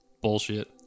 bullshit